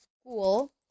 school